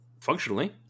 Functionally